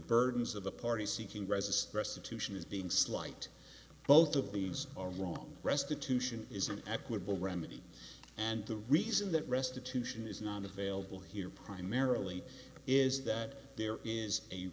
burdens of the party seeking reza so restitution is being slight both of these are wrong restitution is an equitable remedy and the reason that restitution is not available here primarily is that there is a